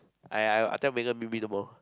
I I I tell Megan meet me at the mall